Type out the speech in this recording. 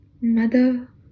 Mother